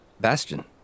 Bastion